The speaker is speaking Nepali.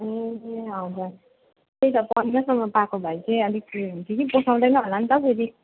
ए हजुर त्यही त पन्ध्रसम्म पाएको भए चाहिँ अलिक लिनुहुन्थ्यो कि पोसाउँदैन होला नि त फेरि